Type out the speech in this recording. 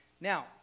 Now